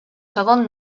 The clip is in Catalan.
segon